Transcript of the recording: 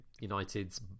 United's